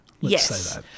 Yes